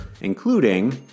including